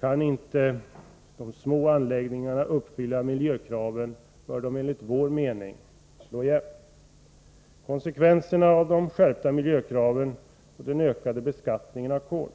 Kan inte de små anläggningarna uppfylla miljökraven bör de enligt vår mening slå igen. Konsekvenserna av de skärpta miljökraven och den ökade beskattningen av kol